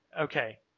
Okay